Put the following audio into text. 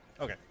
Okay